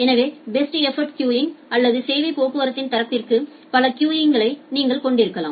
எனவே best effort queuing அல்லது சேவை போக்குவரத்தின் தரத்திற்கு பல கியூங்களை நீங்கள் கொண்டிருக்கலாம்